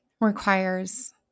requires